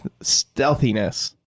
stealthiness